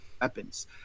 weapons